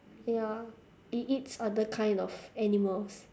ya it eats other kind of animals